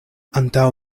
antaŭ